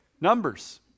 Numbers